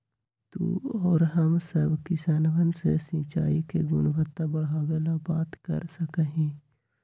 तू और हम सब किसनवन से सिंचाई के गुणवत्ता बढ़ावे ला बात कर सका ही